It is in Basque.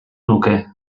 nuke